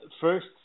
First